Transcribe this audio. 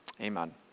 Amen